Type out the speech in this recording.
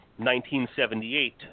1978